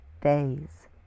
days